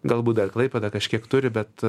galbūt dar klaipėda kažkiek turi bet